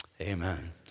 amen